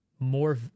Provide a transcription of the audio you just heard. more